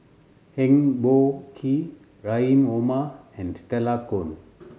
Eng Boh Kee Rahim Omar and Stella Kon